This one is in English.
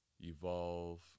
evolve